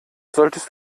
solltest